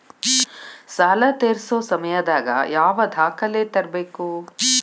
ಸಾಲಾ ತೇರ್ಸೋ ಸಮಯದಾಗ ಯಾವ ದಾಖಲೆ ತರ್ಬೇಕು?